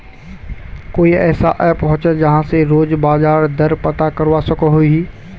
कोई ऐसा ऐप होचे जहा से रोज बाजार दर पता करवा सकोहो ही?